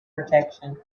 protection